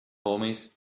homies